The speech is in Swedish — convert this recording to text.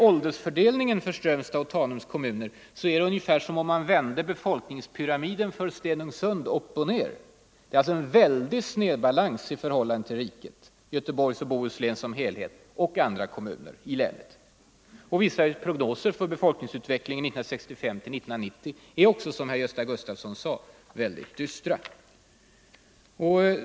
Åldersfördelningen för Strömstads och Tanums kommuner är ungefär som om man vänder upp och ned på befolkningspyramiden för Stenungsunds kommun. Det är en stark snedbalans i förhållande till riket, Göteborg och Bohus län som helhet och andra kommuner i länet. Vissa prognoser för befolkningsutvecklingen år 1965-1990 är också dystra, som herr Gösta Gustafsson i Göteborg nämnde.